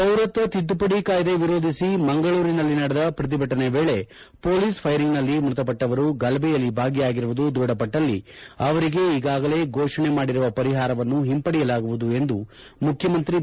ಪೌರತ್ವ ತಿದ್ದುಪದಿ ಕಾಯ್ದೆ ವಿರೋಧಿಸಿ ಮಂಗಳೂರಿನಲ್ಲಿ ನಡೆದ ಪ್ರತಿಭಟನೆ ವೇಳಿ ಪೊಲೀಸ್ ಫೈರಿಂಗ್ ಮೃತಪಟ್ಟವರು ಗಲಭೆಯಲ್ಲಿ ಭಾಗಿಯಾಗಿರುವುದು ದೃಢಪಟ್ಟಲ್ಲಿ ಅವರಿಗೆ ಈಗಾಗಲೇ ಫೋಷಣೆ ಮಾಡಿರುವ ಪರಿಹಾರವನ್ನು ಹಿಂಪಡೆಯಲಾಗುವುದು ಎಂದು ಮುಖ್ಯಮಂತ್ರಿ ಬಿ